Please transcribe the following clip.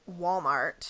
Walmart